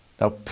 now